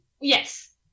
Yes